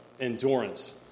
endurance